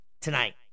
tonight